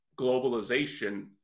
globalization